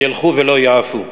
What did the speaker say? ילכו ולא ייעפו".